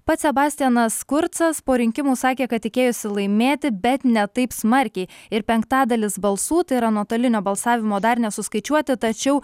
pats sebastianas kurcas po rinkimų sakė kad tikėjosi laimėti bet ne taip smarkiai ir penktadalis balsų tai yra nuotolinio balsavimo dar nesuskaičiuoti tačiau